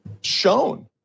shown